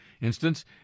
instance